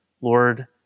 Lord